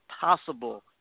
possible